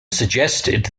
suggested